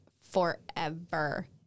forever